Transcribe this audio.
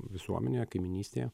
visuomenėje kaimynystėje